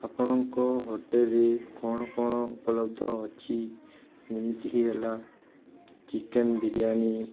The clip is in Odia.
ଆପଣଙ୍କ ହୋଟେଲରେ କ'ଣ କ'ଣ ଉପଲବ୍ଧ ଅଛି ଯେମିତିକି ହେଲା ଚିକେନ୍ ବିରିୟାନୀ